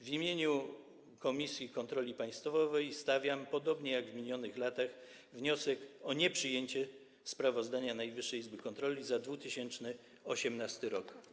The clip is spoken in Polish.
W imieniu Komisji do Spraw Kontroli Państwowej stawiam podobnie jak w minionych latach wniosek o nieprzyjęcie sprawozdania Najwyższej Izby Kontroli za 2018 r.